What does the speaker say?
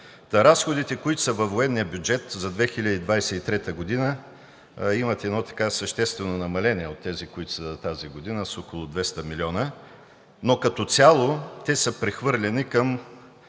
разходите, които са във военния бюджет за 2023 г., имат едно съществено намаление от тези, които са за тази година – с около 200 милиона, но като цяло те са прехвърлени към